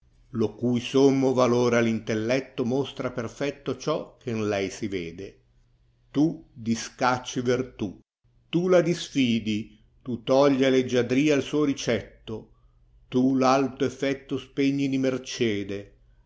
lo cui sommo valore air intelletto mostra perfetto ciò che n lei si vede ta discacci vertù tu la disfidi ta togli a leggiadria il sao ricetto ta r alto effetto spegni di mercede